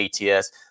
ATS